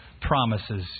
promises